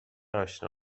اشنا